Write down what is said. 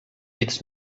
its